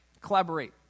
collaborate